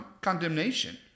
condemnation